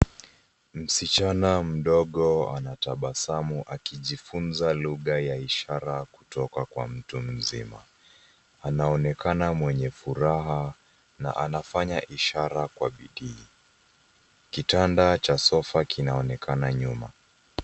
Msichana mdogo anatabasamu akijifunza lugha ya ishara kutoka kwa mtu mzima. Anaonekana mwenye furaha na anafanya ishara kwa bidii. Kitanda cha sofa kinaonekana nyuma.